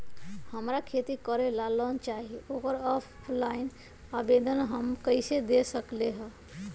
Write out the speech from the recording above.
हमरा खेती करेला लोन चाहि ओकर ऑफलाइन आवेदन हम कईसे दे सकलि ह?